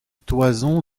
toison